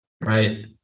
right